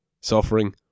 suffering